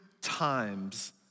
times